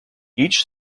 each